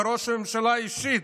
וראש הממשלה אישית,